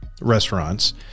restaurants